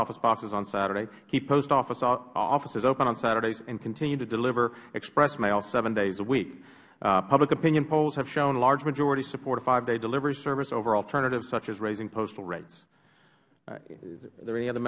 office boxes on saturday keep post offices open on saturdays and continue to deliver express mail seven days a week public opinion polls have shown a large majority support a five day delivery service over alternatives such as raising postal rates are there any other